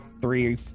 three